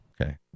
Okay